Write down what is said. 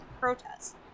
protests